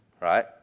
right